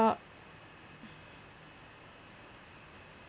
uh